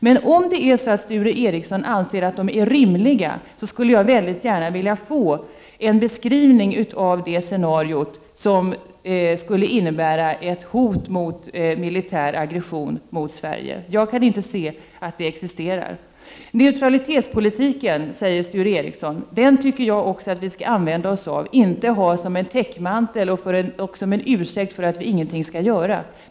Men om Sture Ericson anser att dessa hotbilder är rimliga, skulle jag gärna vilja få en beskrivning av det scenario som skulle innebära ett hot om militär aggression mot Sverige. Jag kan inte se att ett sådant hot existerar. Sture Ericson framhåller neutralitetspolitiken. Den tycker också jag att vi skall använda oss av — inte ha som en täckmantel och som en ursäkt för att vi ingenting skall göra.